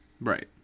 Right